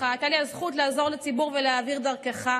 הייתה לי הזכות לעזור לציבור ולהעביר דרכך.